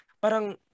parang